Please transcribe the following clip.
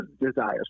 desires